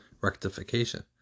rectification